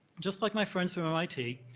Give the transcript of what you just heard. just like my friends from mit,